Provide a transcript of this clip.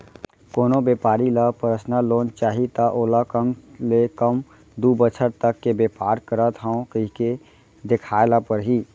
कोनो बेपारी ल परसनल लोन चाही त ओला कम ले कम दू बछर तक के बेपार करत हँव कहिके देखाए ल परही